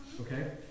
Okay